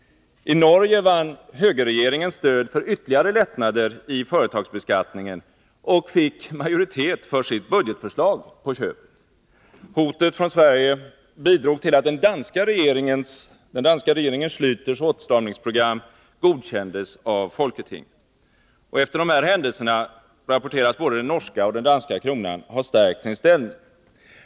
I Norge vann högerregeringen stöd för ytterligare lättnader i företagsbeskattningen och fick majoritet för sitt budgetförslag på köpet. Hotet från Sverige bidrog till att den danska regeringen Schläters åtstramningsprogram godkändes av folketinget. Efter dessa händelser rapporteras både den norska och den danska kronan ha stärkt sin ställning.